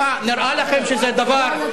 מה, נראה לכם שזה דבר?